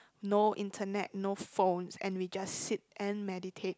no internet no phones and we just sit and meditate